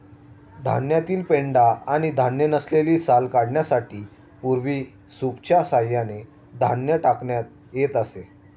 धान्यातील पेंढा आणि धान्य नसलेली साल काढण्यासाठी पूर्वी सूपच्या सहाय्याने धान्य टाकण्यात येत असे